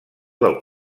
del